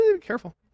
Careful